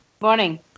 Morning